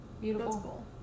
Beautiful